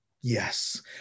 Yes